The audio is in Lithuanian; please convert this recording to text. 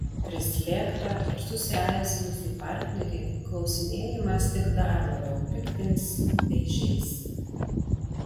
prislėgtą ir susierzinusį partnerį klausinėjimas tik dar labiau piktins bei žeis